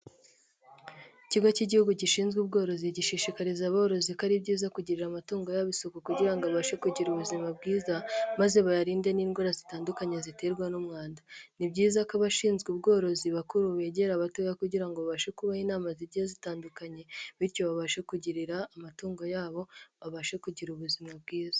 Ikigo cy'igihugu gishinzwe ubworozi gishishikariza aborozi ko ari byiza kugirira amatungo yabo isuku kugira ngo abashe kugira ubuzima bwiza maze bayarinde n'indwara zitandukanye ziterwa n'umwanda, ni byiza ko abashinzwe ubworozi bakuru begera abatoya kugira ngo bashe kubaho inama zigiye zitandukanye bityo babashe kugirira amatungo yabo babashe kugira ubuzima bwiza.